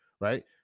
right